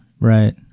Right